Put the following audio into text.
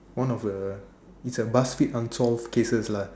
one of a it's a BuzzFeed unsolved cases lah